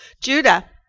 Judah